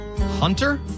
Hunter